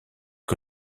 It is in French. que